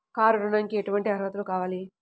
Car ఋణంకి ఎటువంటి అర్హతలు కావాలి?